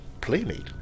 Playmate